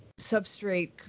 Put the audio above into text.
substrate